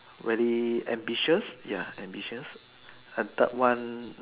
very ambitious ya ambitious and third one